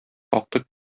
актык